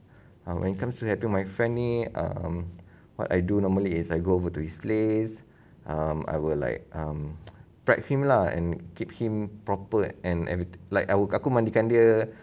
um when it comes to have to my friend need um what I do normally is I go over to his place um I will like um prep him lah and keep him proper and like aku mandikan dia